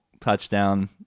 touchdown